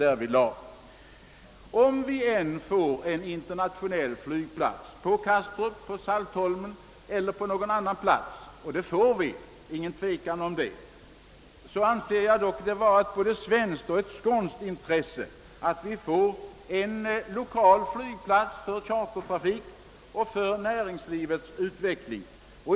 Även om vi får en internationell flygplats på Kastrup, på Saltholm eller på någon annan plats — och det är ingen tvekan om att vi får det — anser jag det ändå vara både ett skånskt och ett svenskt intresse att vi också får en lokal flygplats för chartertrafikens och näringslivets utveckling.